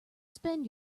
spend